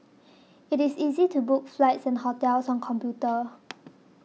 it is easy to book flights and hotels on computer